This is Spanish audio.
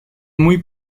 muy